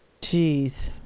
Jeez